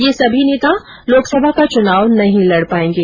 ये सभी नेता लोकसभा का चुनाव नहीं लड पायेंगे